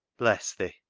bless thi,